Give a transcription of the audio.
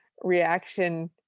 reaction